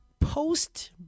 Post